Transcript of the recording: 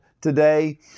today